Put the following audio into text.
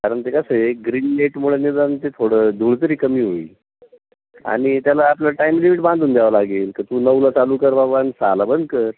कारण ते कसं आहे ग्रीन नेटमुळे निदान ते थोडं धूळ तरी कमी होईल आणि त्याला आपलं टाईम लिमिट बांधून द्यावं लागेल की तू नऊला चालू कर बाबा आणि सहाला बंद कर